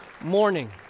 morning